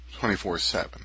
24-7